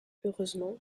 heureusement